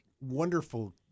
wonderful